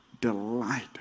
delight